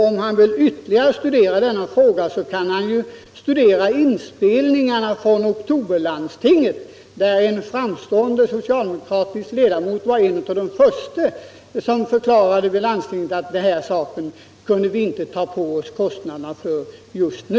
Om han vill studera denna fråga ytterligare, kan han lyssna på inspelningarna från oktoberlandstinget, där en framstående socialdemokratisk ledamot var en av de första att förklara att landstinget inte kunde ta på sig kostnaderna för denna sak just nu.